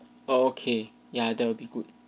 okay ya that would be good